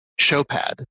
Showpad